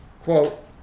quote